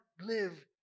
live